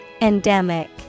Endemic